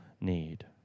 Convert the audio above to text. need